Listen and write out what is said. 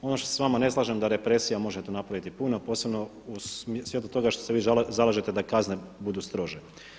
Ono što se s vama ne slažem da represija može to napraviti puno, posebno u svjetlu toga što se vi zalažete da kazne budu strože.